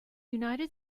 united